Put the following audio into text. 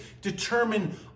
determine